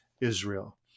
Israel